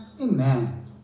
Amen